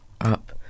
up